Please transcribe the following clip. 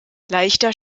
leichter